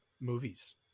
movies